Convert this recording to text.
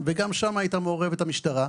וגם שם הייתה מעורבת המשטרה,